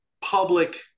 public